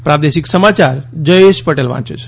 પ્રાદેશિક સમાચાર જયેશ પટેલ વાંચે છે